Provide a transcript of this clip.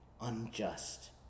unjust